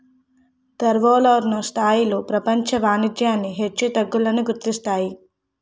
ద్రవ్యోల్బణ స్థాయిలు ప్రపంచ వాణిజ్యాన్ని హెచ్చు తగ్గులకు గురిచేస్తాయి